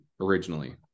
originally